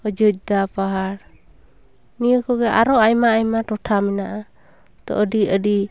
ᱚᱡᱳᱫᱽᱫᱷᱟ ᱯᱟᱦᱟᱲ ᱱᱤᱭᱟᱹ ᱠᱚᱜᱮ ᱟᱨᱦᱚᱸ ᱟᱭᱢᱟ ᱟᱭᱢᱟ ᱴᱚᱴᱷᱟ ᱢᱮᱱᱟᱜᱼᱟ ᱛᱚ ᱟᱹᱰᱤ ᱟᱹᱰᱤ